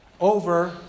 over